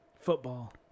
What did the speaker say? football